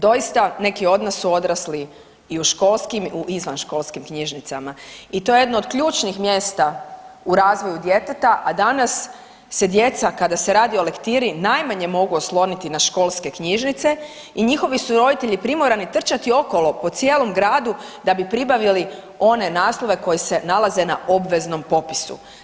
Doista neki od nas su odrasli i u školskim i u izvanškolskim knjižnicama i to je jedno od ključnih mjesta u razvoju djeteta, a danas se djeca kada se radi o lektiri najmanje mogu osloniti na školske knjižnice i njihovi su roditelji primorani trčati okolo po cijelom gradu da bi pribavili one naslove koji se nalaze na obveznom popisu.